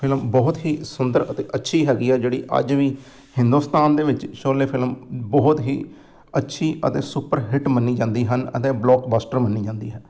film ਬਹੁਤ ਹੀ ਸੁੰਦਰ ਅਤੇ ਅੱਛੀ ਹੈਗੀ ਆ ਜਿਹੜੀ ਅੱਜ ਵੀ ਹਿੰਦੁਸਤਾਨ ਦੇ ਵਿੱਚ ਸ਼ੋਲੇ ਫਿਲਮ ਬਹੁਤ ਹੀ ਅੱਛੀ ਅਤੇ ਸੁਪਰ ਹਿੱਟ ਮੰਨੀ ਜਾਂਦੀ ਹਨ ਅਤੇ ਬਲੋਕਬਾਸਟਰ ਮੰਨੀ ਜਾਂਦੀ ਹੈ